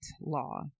law